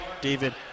David